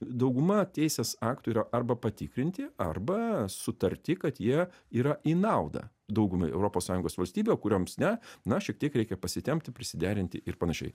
dauguma teisės aktų yra arba patikrinti arba sutarti kad jie yra į naudą daugumai europos sąjungos valstybių o kurioms ne na šiek tiek reikia pasitempti prisiderinti ir panašiai